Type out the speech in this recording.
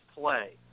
play